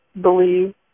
believe